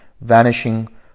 vanishing